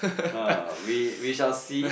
hmm we we shall see